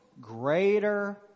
greater